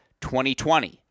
2020